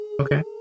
okay